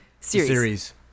series